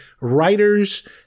writers